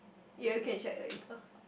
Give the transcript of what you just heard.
you can check later